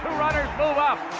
runners move up.